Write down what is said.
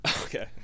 Okay